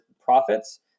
profits